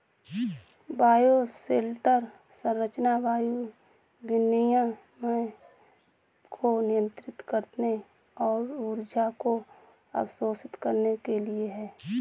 bioshelter संरचना वायु विनिमय को नियंत्रित करने और ऊर्जा को अवशोषित करने के लिए है